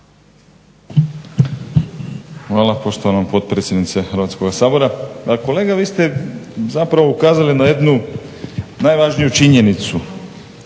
Hvala poštovana potpredsjednice Hrvatskoga sabora. Pa kolega vi ste zapravo ukazali na jednu najvažniju činjenicu.